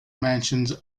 mansions